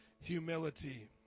humility